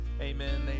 Amen